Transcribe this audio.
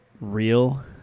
real